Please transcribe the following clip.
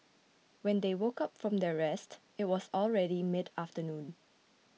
when they woke up from their rest it was already midafternoon